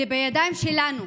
זה בידיים שלנו.